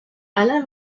alain